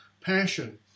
passion